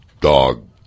dog